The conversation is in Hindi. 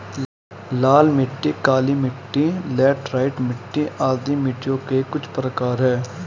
लाल मिट्टी, काली मिटटी, लैटराइट मिट्टी आदि मिट्टियों के कुछ प्रकार है